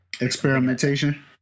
experimentation